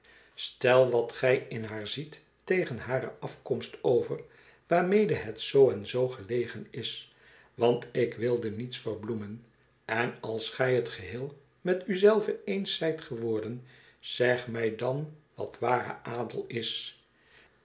stel wat gij in haar ziet tegen hare afkomst over waarmede het zoo en zoo gelegen is want ik wilde niets verbloemen en als gij het geheel met u zelve eens zijt geworden zeg mij dan wat ware adel is